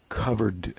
covered